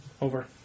over